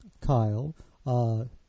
Kyle